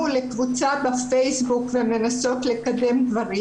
לקבוצה בפייסבוק ומנסות לקדם דברים,